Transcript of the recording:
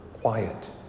quiet